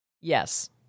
Yes